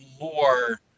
more